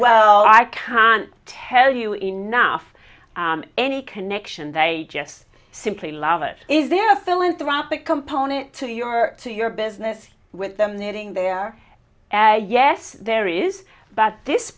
well i can't tell you enough any connection they just simply love it is there a philanthropic component to your to your business with them knitting there yes there is but this